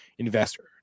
investor